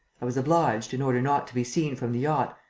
i was obliged, in order not to be seen from the yacht,